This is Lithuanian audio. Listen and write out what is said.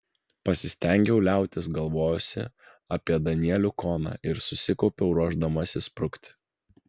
pasistengiau liautis galvojusi apie danielių koną ir susikaupiau ruošdamasi sprukti